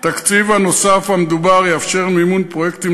התקציב הנוסף המדובר יאפשר מימון פרויקטים